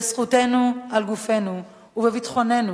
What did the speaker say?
בזכותנו על גופנו ובביטחוננו,